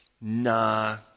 nah